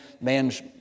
man's